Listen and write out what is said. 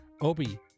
Obi